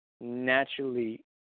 naturally